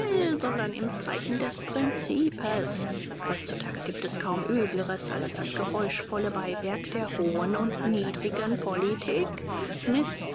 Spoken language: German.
sondern im zeichen des prinzipes heutzutage gibt es kaum übleres als das geräuschvolle beiwerk der hohen und niederen politik